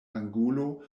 angulo